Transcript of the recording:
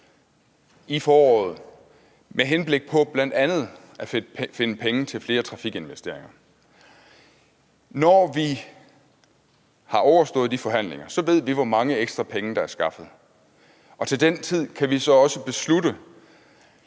i foråret med henblik på bl.a. at finde penge til flere trafikinvesteringer. Når vi har overstået de forhandlinger, ved vi, hvor mange ekstra penge der er skaffet, og til den tid kan vi så også beslutte,